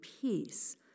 peace